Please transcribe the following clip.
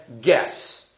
guess